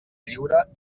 lliure